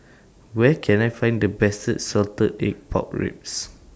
Where Can I Find The Best Salted Egg Pork Ribs